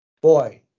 boy